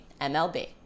MLB